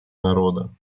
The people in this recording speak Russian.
народа